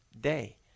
day